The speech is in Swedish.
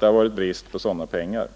det har rått brist på riskvilliga pengar.